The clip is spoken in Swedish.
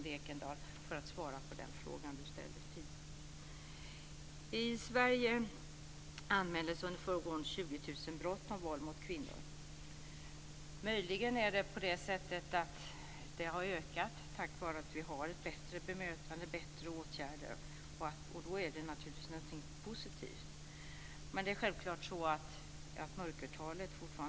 Det var också ett svar på den fråga brott om våld mot kvinnor. Det har möjligen ökat tack vare att vi har ett bättre bemötande och bättre åtgärder. Då är det naturligtvis någonting positivt. Men mörkertalet är fortfarande väldigt högt.